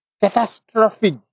catastrophic